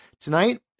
tonight